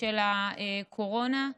של הקורונה.